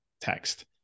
text